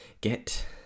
Get